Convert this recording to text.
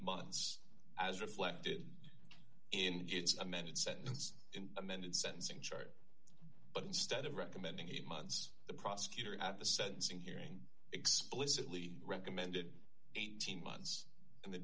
months as reflected in amended sentence amended sentencing chart but instead of recommending eight months the prosecutor at the sentencing hearing explicitly recommended eighteen months and the